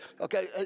okay